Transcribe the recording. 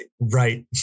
right